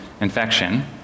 infection